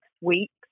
weeks